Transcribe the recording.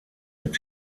mit